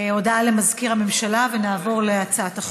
הודעה למזכיר הממשלה, ונעבור להצעת החוק.